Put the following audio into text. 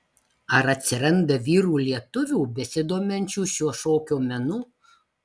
ar atsiranda vyrų lietuvių besidominčių šiuo šokio menu